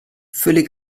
völlig